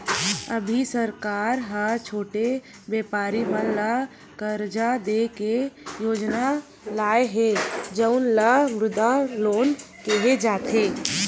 अभी सरकार ह छोटे बेपारी मन ल करजा दे के योजना लाए हे जउन ल मुद्रा लोन केहे जाथे